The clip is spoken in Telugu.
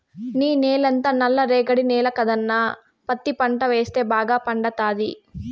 నీ నేలంతా నల్ల రేగడి నేల కదన్నా పత్తి పంట వేస్తే బాగా పండతాది